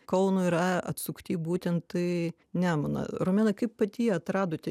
kauno yra atsukti būtent į nemuną romena kaip pati atradote